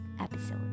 episode